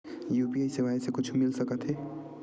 UPI सेवाएं से कुछु मिल सकत हे?